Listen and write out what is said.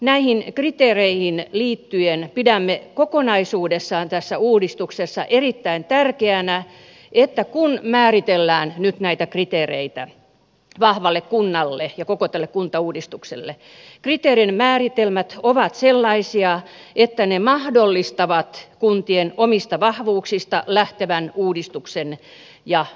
näihin kriteereihin liittyen pidämme kokonaisuudessaan tässä uudistuksessa erittäin tärkeänä että kun määritellään nyt näitä kriteereitä vahvalle kunnalle ja koko tälle kuntauudistukselle kriteerin määritelmät ovat sellaisia että ne mahdollistavat kuntien omista vahvuuksista lähtevän uudistuksen ja muutokset